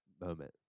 moment